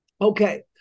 Okay